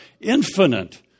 infinite